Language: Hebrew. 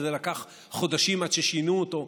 אבל זה לקח חודשים עד ששינו אותו,